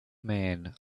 man